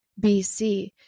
BC